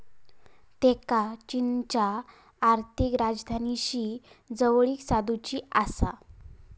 त्येंका चीनच्या आर्थिक राजधानीशी जवळीक साधुची आसा